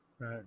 right